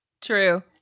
True